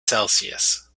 celsius